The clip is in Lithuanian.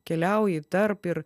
keliauji tarp ir